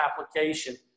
application